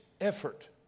effort